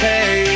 Hey